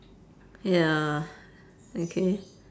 ya okay